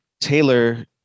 Taylor